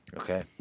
okay